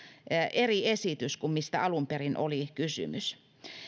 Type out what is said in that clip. eri esitys kuin mistä alun perin oli kysymys